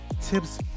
tips